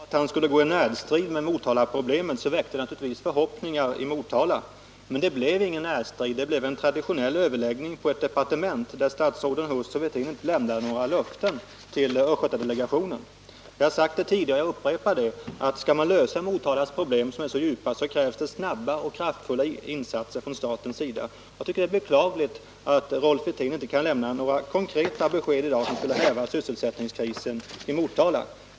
Herr talman! När statsrådet Wirtén sade att han skulle gå i närstrid med Motalaproblemen väckte det naturligtvis förhoppningar i Motala. Men det blev ingen närstrid, det blev en traditionell överläggning på ett departement, där statsråden Huss och Wirtén inte gav några löften till östgötadelegationen. Jag har sagt tidigare, och jag upprepar det: Skall man lösa Motalas problem, som är så svåra, krävs det snabba och kraftfulla insatser från statens sida. Jag tycker det är beklagligt att Rolf Wirtén i dag inte kan lämna några konkreta besked om åtgärder som skulle häva sysselsättningskrisen i Motala.